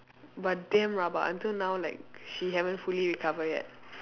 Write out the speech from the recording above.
but damn rabak until now like she haven't fully recover yet